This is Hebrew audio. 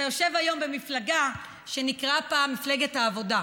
אתה יושב היום במפלגה שנקראה פעם מפלגת העבודה.